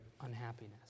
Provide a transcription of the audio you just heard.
unhappiness